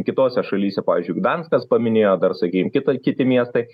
kitose šalyse pavyzdžiui gdanskas paminėjo dar sakykim kitą kiti miestai